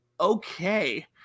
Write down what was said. okay